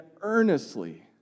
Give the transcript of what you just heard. earnestly